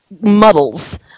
muddles